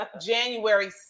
January